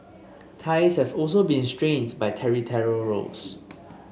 ties has also been strains by territorial rows